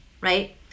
Right